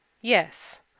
Yes